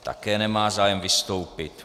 Také nemá zájem vystoupit.